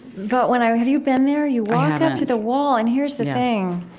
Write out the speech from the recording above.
but, when i have you been there? you walk up to the wall, and here's the thing.